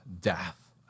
death